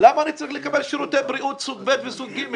למה אני צריך לקבל שירותי בריאות סוג ב' וסוג ג'?